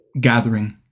gathering